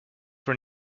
were